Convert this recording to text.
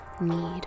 need